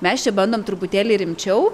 mes bandom truputėlį rimčiau